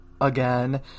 again